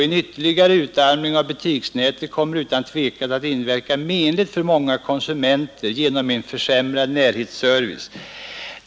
En ytterligare utarmning av butiksnätet kommer utan tvivel att inverka menligt för många konsumenter genom en försämrad närhetsservice.